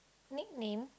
nick name